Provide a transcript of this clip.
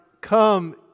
come